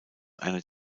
einer